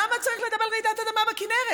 למה צריך לדבר על רעידת אדמה בכינרת?